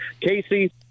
Casey